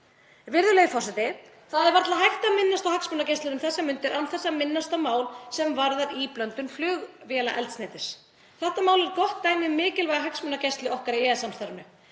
Virðulegi forseti. Það er varla hægt að minnast á hagsmunagæslu um þessar mundir án þess að minnast á mál sem varðar íblöndun flugvélaeldsneytis. Þetta mál er gott dæmi um mikilvæga hagsmunagæslu okkar í EES-samstarfinu.